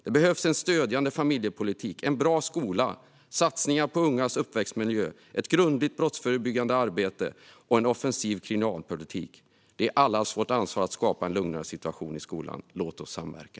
Det behövs en stödjande familjepolitik, en bra skola, satsningar på ungas uppväxtmiljö, ett grundligt brottsförebyggande arbete och en offensiv kriminalpolitik. Det är allas vårt ansvar att skapa en lugnare situation i skolan. Låt oss samverka.